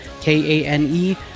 k-a-n-e